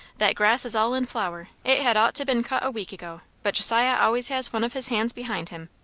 that grass is all in flower it had ought to been cut a week ago but josiah always has one of his hands behind him.